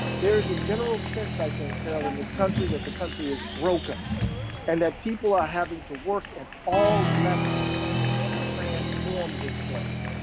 there's a general sense i think carol in this country that the country is broken and that people are having to work at all levels to transform this place.